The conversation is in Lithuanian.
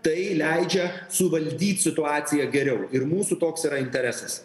tai leidžia suvaldyt situaciją geriau ir mūsų toks yra interesas